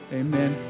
amen